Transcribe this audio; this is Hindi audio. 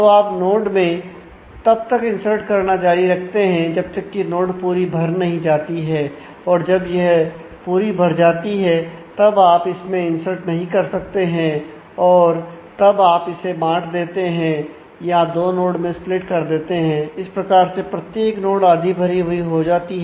तो आप नोड में तब तक इंसर्ट करना जारी रखते हैं जब तक की नोड पूरी भर नहीं जाती है और जब यह पूरी भर जाती है तब आप इसमें इंसर्ट नहीं कर सकते हैं और तब आप इसे बांट देते हैं या दो नोड में स्प्लिट है